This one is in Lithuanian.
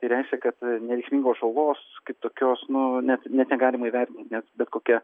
tai reiškia kad nereikšmingos žalos kaip tokios nu net net negalim įvertint nes bet kokia